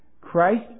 Christ